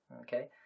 Okay